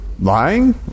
lying